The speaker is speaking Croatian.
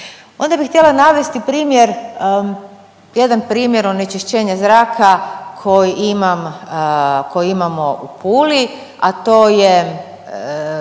Onda bih htjela navesti primjer, jedan primjer onečišćenja zraka koji imamo u Puli, a to je